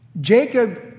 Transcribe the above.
Jacob